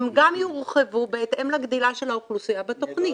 הם גם יורחבו בהתאם לגדילה של האוכלוסייה בתכנית.